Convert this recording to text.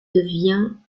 devient